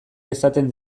dezaten